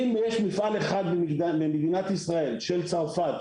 אם יש מפעל אחד במדינת ישראל של צרפת,